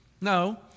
No